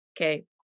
Okay